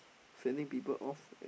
sending people off